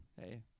hey